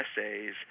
essays